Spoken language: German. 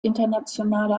internationale